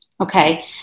Okay